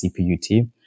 CPUT